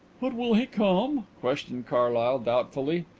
but will he come? questioned carlyle doubtfully.